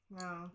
No